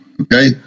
okay